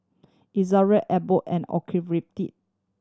Ezerra Abbott and Ocuvite